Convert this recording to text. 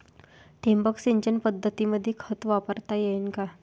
ठिबक सिंचन पद्धतीमंदी खत वापरता येईन का?